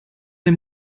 dem